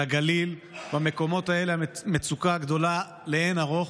לגליל, במקומות האלה המצוקה גדולה לאין ערוך.